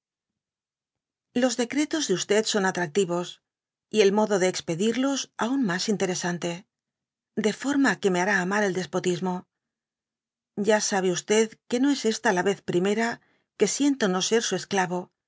xjos decretos de son afragtifos y el modo de expedirlos aun mas interesante de forma qne me hará amar el despotismo ya sabe que no es esta la vez primera que siento no ser su esclavo